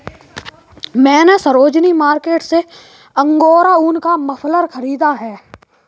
मैने सरोजिनी मार्केट से अंगोरा ऊन का मफलर खरीदा है